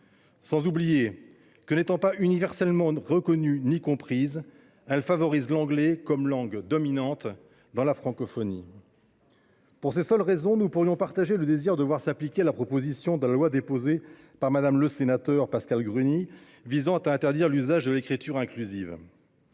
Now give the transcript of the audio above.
En outre, n’étant universellement ni reconnues ni comprises, elles favorisent l’anglais comme langue dominante dans la francophonie. Pour ces seules raisons, nous pourrions souhaiter que s’applique la proposition de loi déposée par Mme le sénateur Pascale Gruny visant à interdire l’usage de l’écriture inclusive.